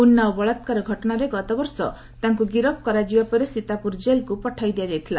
ଉନ୍ନାଓ ବଳାତ୍କାର ଘଟଣାରେ ଗତବର୍ଷ ତାଙ୍କୁ ଗିରଫ କରାଯିବା ପରେ ସୀତାପୁର ଜେଲ୍କୁ ପଠାଇ ଦିଆଯାଇଥିଲା